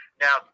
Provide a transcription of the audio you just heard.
Now